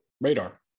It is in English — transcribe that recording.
radar